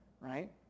right